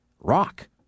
rock